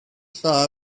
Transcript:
saw